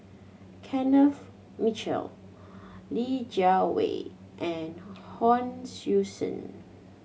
Kenneth Mitchell Li Jiawei and Hon Sui Sen